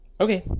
Okay